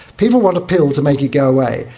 people want a pill to make it go away.